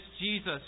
Jesus